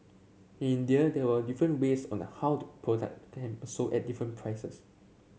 in India there were different ways on the how product sold at different prices